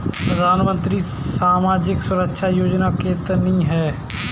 प्रधानमंत्री की सामाजिक सुरक्षा योजनाएँ कितनी हैं?